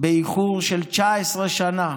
באיחור של 19 שנה